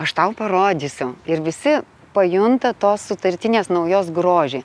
aš tau parodysiu ir visi pajunta tos sutartinės naujos grožį